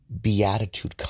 beatitude